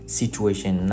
situation